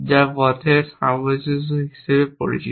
যা পথের সামঞ্জস্য হিসাবে পরিচিত